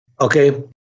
okay